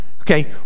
okay